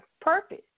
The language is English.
purpose